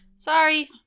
Sorry